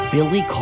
Billy